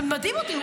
זה מדהים אותי,